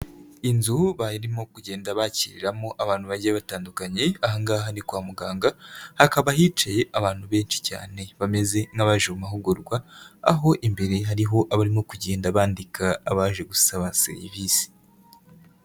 Inzu barimo kugenda bakiriramo abantu bagiye batandukanye ahangaha ni kwa muganga, hakaba hicaye abantu benshi cyane bameze nk'abaje mu mahugurwa, aho imbere hariho abarimo kugenda bandika abaje gusaba serivisi.